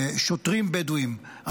ושוטרים בדואים,